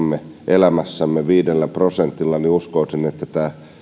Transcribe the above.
elämässämme viidellä prosentilla niin uskoisin että tämä